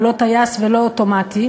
הוא לא טייס ולא אוטומטי,